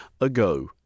ago